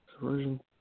version